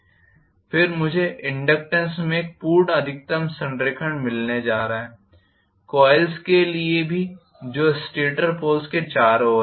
फिर मुझे इनडक्टेन्स में एक पूर्ण अधिकतम संरेखण मिलने जा रहा है कॉइल्स के लिए भी जो स्टेट पोल्स के चारों ओर है